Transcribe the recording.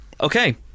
okay